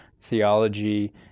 theology